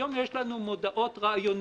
היום יש לנו מודעות רעיוניות,